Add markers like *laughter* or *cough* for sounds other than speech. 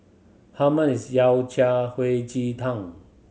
how much is yao *unintelligible* hei ji tang